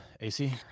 AC